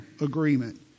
agreement